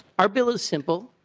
our bill is simple.